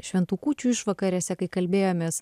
šventų kūčių išvakarėse kai kalbėjomės